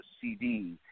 CD